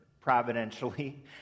providentially